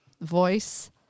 voice